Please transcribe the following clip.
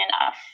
enough